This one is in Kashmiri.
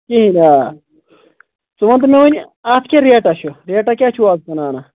کِہیٖنۍ آ ژٕ ون تہٕ مےٚ ونہِ اَتھ کیاہ ریٚٹا چھِ ریٚٹا کیاہ چھُو آز کٕنان